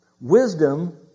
Wisdom